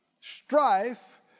Strife